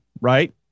right